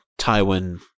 Tywin